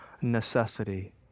necessity